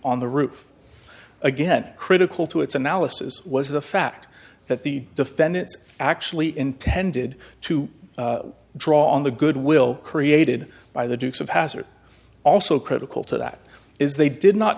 on the roof again critical to its analysis was the fact that the defendants actually intended to draw on the goodwill created by the dukes of hazzard also critical to that is they did not